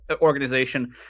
organization